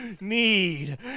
need